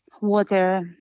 water